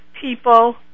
people